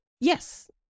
Yes